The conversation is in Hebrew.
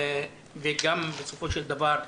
וגם בסופו של דבר,